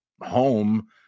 home